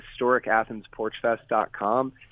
historicathensporchfest.com